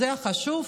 זה החשוב?